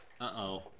Uh-oh